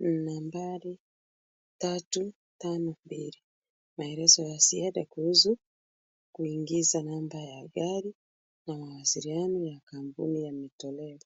nambari tatu tano mbili. Maelezo ya ziada kuhusu kuingiza namba ya gari na mawasiliano ya kampuni yametolewa.